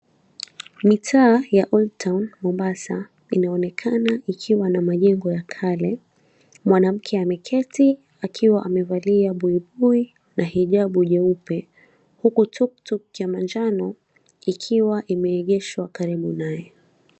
Mitaa ya Old Town Mombasa inaonekana ikiwa na majengo ya kale , mwanamke ameketi akiwa amevalia buibui na hijabu jeupe huku tuktuk ya manjano ikiwa imeegeshwa karibu naye.